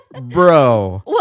bro